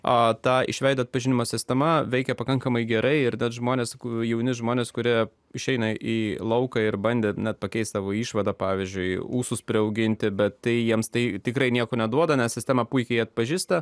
o tą iš veido atpažinimo sistema veikė pakankamai gerai ir tad žmonės kurių jauni žmonės kuria išeina į lauką ir bandė net pakeis savo išvadą pavyzdžiui ūsus priauginti bet tai jiems tai tikrai nieko neduoda nes sistema puikiai atpažįsta